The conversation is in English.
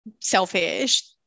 selfish